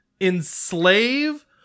enslave